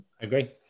agree